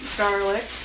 garlic